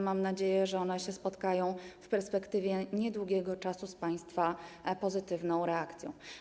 Mam nadzieję, że one spotkają się w perspektywie niedługiego czasu z państwa pozytywną reakcją.